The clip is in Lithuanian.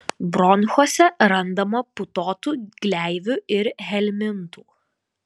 bronchuose randama putotų gleivių ir helmintų